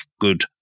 good